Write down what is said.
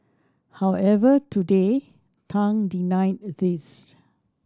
however today Tang denied these